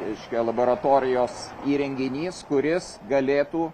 reiškia laboratorijos įrenginys kuris galėtų